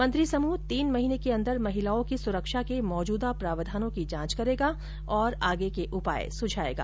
मंत्रिसमूह तीन महीने के अंदर महिलाओं की सुरक्षा के मौजूदा प्रावधानों की जांच करेगा और आगे के उपाय सुझाएगा